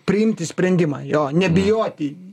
priimti sprendimą jo nebijoti